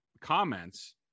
comments